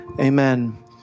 Amen